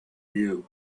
you